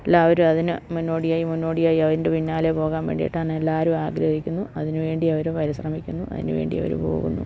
എല്ലാവരും അതിനു മുന്നോടിയായി മുന്നോടിയായി അതിൻ്റെ പിന്നാലെ പോകാൻ വേണ്ടിയിട്ടാണ് എല്ലാവരും ആഗ്രഹിക്കുന്നു അതിനു വേണ്ടി അവർ പരിശ്രമിക്കുന്നു അതിനു വേണ്ടി അവർ പോകുന്നു